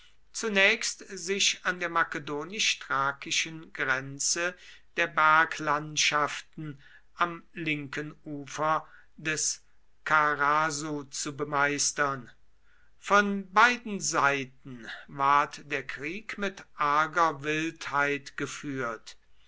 zunächst sich an der makedonisch thrakischen grenze der berglandschaften am linken ufer des karasu zu bemeistern von beiden seiten ward der krieg mit arger wildheit geführt